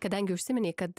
kadangi užsiminei kad